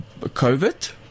COVID